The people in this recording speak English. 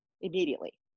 immediately